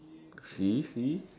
see see